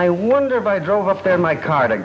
i wonder if i drove up there my car to